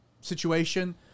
situation